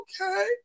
Okay